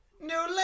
New